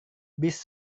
bis